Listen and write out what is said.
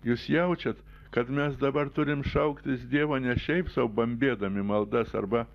jūs jaučiat kad mes dabar turim šauktis dievo ne šiaip sau bambėdami maldas arba